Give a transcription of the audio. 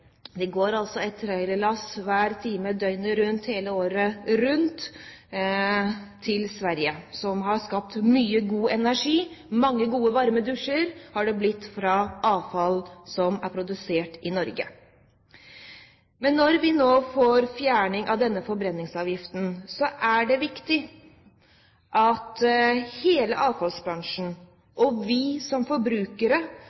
Det går altså et trailerlass hver time døgnet rundt, hele året rundt, til Sverige, som har skapt mye god energi. Mange gode, varme dusjer har det blitt fra avfall som er produsert i Norge. Men når vi nå får fjernet denne forbrenningsavgiften, er det viktig at hele